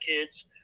kids